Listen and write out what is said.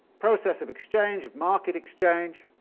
process of exchange, of market exchange.